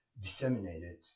disseminated